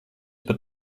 par